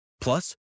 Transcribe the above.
Plus